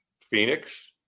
Phoenix